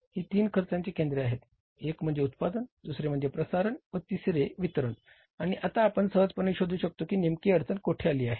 ही तीन खर्चाची केंदे आहेत एक म्हणजे उत्पादन दुसरे प्रसारण व तिसरे वितरन आणि आता आपण सहजपणे शोधू शकतो की नेमकी अडचण कोठे आली आहे